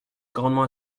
grandement